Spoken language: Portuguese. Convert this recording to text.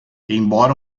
embora